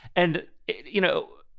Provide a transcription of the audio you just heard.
and, you know,